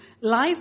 life